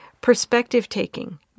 Perspective-taking